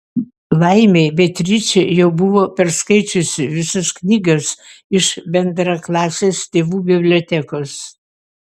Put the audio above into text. laimei beatričė jau buvo perskaičiusi visas knygas iš bendraklasės tėvų bibliotekos